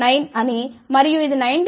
9 అని మరియు ఇది 19